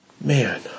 man